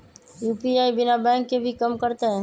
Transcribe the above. UPI बिना bank के भी कम करतै?